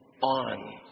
on